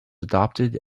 adopted